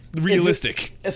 realistic